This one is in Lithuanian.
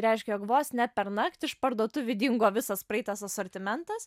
reiškia jog vos ne pernakt iš parduotuvių dingo visas praeitas asortimentas